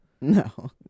No